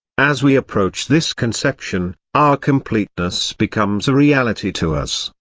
as we approach this conception, our completeness becomes a reality to us,